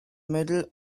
middle